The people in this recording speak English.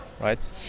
right